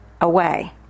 away